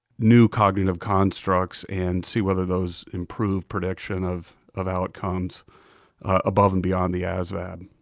new cognitive constructs and see whether those improve prediction of of outcomes above and beyond the asvab.